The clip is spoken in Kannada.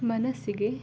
ಮನಸ್ಸಿಗೆ